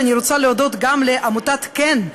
רוצה להודות גם לעמותת כ"ן,